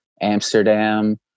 Amsterdam